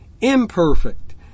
imperfect